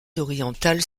orientales